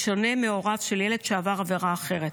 בשונה מהוריו של ילד שעבר עבירה אחרת.